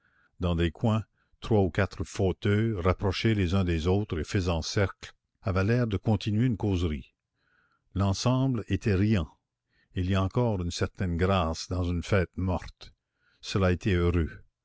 dans des coins trois ou quatre fauteuils rapprochés les uns des autres et faisant cercle avaient l'air de continuer une causerie l'ensemble était riant il y a encore une certaine grâce dans une fête morte cela a été heureux